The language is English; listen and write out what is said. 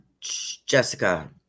jessica